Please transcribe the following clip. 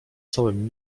całym